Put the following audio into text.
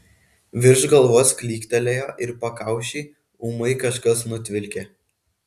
virš galvos klyktelėjo ir pakaušį ūmai kažkas nutvilkė